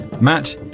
Matt